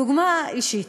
דוגמה אישית,